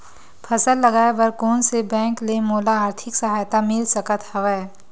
फसल लगाये बर कोन से बैंक ले मोला आर्थिक सहायता मिल सकत हवय?